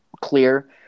clear